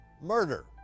murder